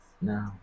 No